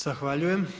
Zahvaljujem.